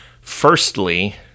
firstly